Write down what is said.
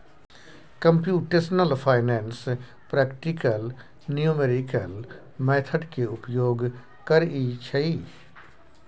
computational finance practical numerical method के उपयोग करइ छइ